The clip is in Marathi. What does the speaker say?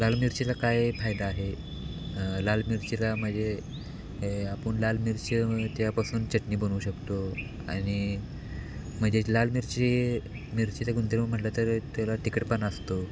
लाल मिरचीचा काय फायदा आहे लाल मिरचीला म्हणजे आपण लाल मिरची त्यापासून चटणी बनवू शकतो आणि म्हणजे लाल मिरची मिरचीचं गुणधर्म म्हटलं तर त्याला तिखटपणा असतो